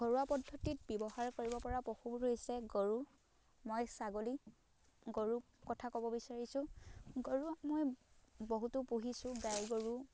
ঘৰুৱা পদ্ধতিত ব্যৱহাৰ কৰিব পৰা পশুবোৰ হৈছে গৰু মই ছাগলী গৰুৰ কথা ক'ব বিচাৰিছোঁ গৰু মই বহুতো পুহিছোঁ গাই গৰু